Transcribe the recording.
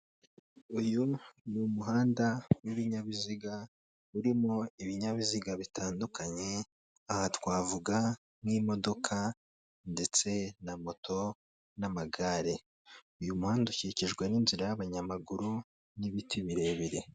Uyu n'umuhanda w'ibinyabiziga, urimo ibinyabiziga bitandukanye aha twavuga nk'imodoka ndetse na moto n'amagare, uyu muhanda ukikijwe n'inzira y'abanyamaguru n'ibiti birebire.